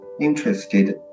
interested